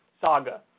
saga